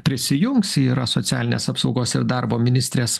prisijungs ji yra socialinės apsaugos ir darbo ministrės